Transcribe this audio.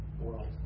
world